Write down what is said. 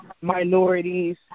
minorities